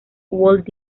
walt